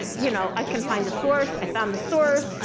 you know i can find a source. i found the source.